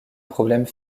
problèmes